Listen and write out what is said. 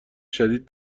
شدید